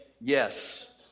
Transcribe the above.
yes